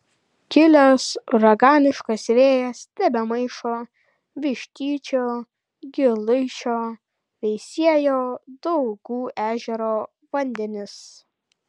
kilęs uraganiškas vėjas tebemaišo vištyčio giluičio veisiejo daugų ežero vandenis